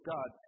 God